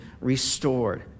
restored